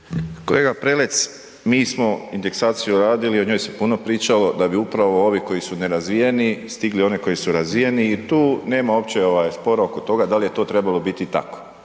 Kolega Prelec, mi smo indeksaciju radili, o njoj se puno pričalo da bi upravo ovi koji su nerazvijeni stigli one koji su razvijeni i tu nema uopće spora oko toga da li je to trebalo biti tako.